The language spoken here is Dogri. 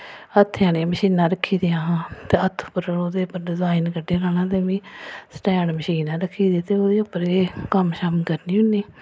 हत्थें आह्लियां मशीनां रक्खी दियां हां ते हत्थ उप्पर ओह्दे उप्पर डिजाइन कड्डी लैना ते में स्टैंड मशीन ऐ रक्खी दी ते ओह्दे उप्पर गै कम्म शम्म करनी होन्नी